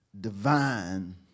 Divine